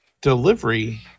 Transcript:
delivery